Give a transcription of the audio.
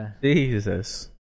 Jesus